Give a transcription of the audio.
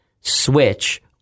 switch